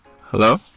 Hello